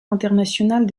internationale